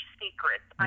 secrets